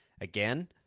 again